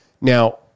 Now